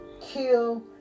kill